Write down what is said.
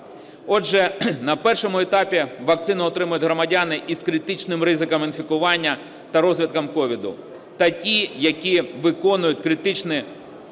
Отже, на першому етапі вакцину отримають громадяни із критичним ризиком інфікування та розвитком COVID, та ті, які виконують критичні